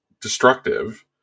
destructive